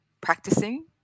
practicing